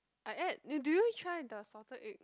I add you did you try the salted egg